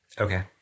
Okay